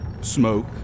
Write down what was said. Smoke